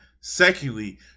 Secondly